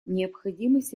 необходимость